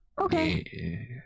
Okay